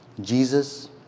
Jesus